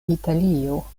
italio